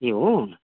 ए हो